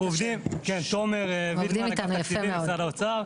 תומר וידמן, אגף תקציבים, משרד האוצר.